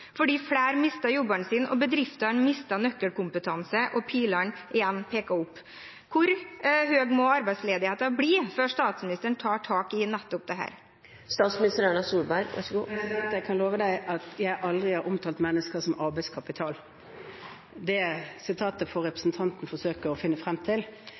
fordi flere mister jobbene sine, bedriftene mister nøkkelkompetanse og pilene igjen peker opp. Hvor høy må arbeidsledigheten bli før statsministeren tar tak i nettopp dette? Jeg kan love at jeg aldri har omtalt mennesker som arbeidskapital. Det sitatet får representanten forsøke å finne frem til.